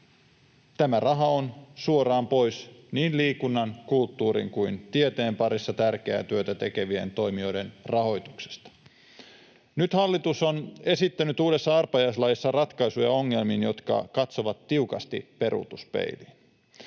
Tämä raha on suoraan pois niin liikunnan, kulttuurin kuin tieteen parissa tärkeää työtä tekevien toimijoiden rahoituksesta. Nyt hallitus on esittänyt uudessa arpajaislaissa ongelmiin ratkaisuja, jotka katsovat tiukasti peruutuspeiliin.